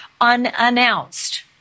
unannounced